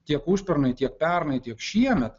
tiek užpernai tiek pernai tiek šiemet